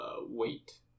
wait